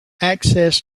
access